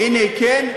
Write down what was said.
הנה, היא כן,